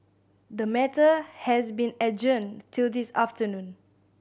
the matter has been adjourned till this afternoon